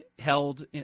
held